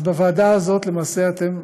אז בוועדה הזאת למעשה אתם